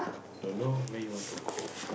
don't know where you want to go